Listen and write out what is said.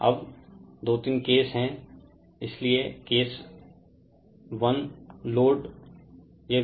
अब 2 3 केस हैं इसलिए केस 1 लोडcase 1 load